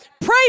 Pray